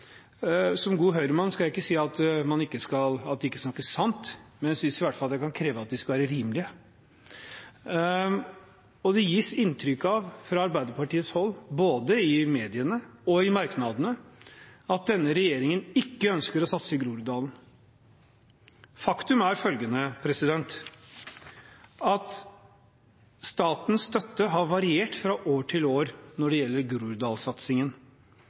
Som god Høyre-mann skal jeg ikke si at de ikke snakker sant, men jeg synes i hvert fall at jeg kan kreve at de skal være rimelige. Det gis inntrykk av fra arbeiderpartihold, både i mediene og i merknadene, at denne regjeringen ikke ønsker å satse i Groruddalen. Faktum er at statens støtte har variert fra år til år når det gjelder